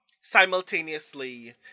simultaneously